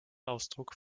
ausdruck